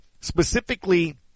specifically